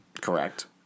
Correct